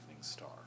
star